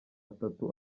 atatu